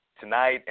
tonight